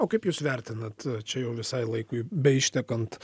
o kaip jūs vertinat čia jau visai laikui beištekant